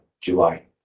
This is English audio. july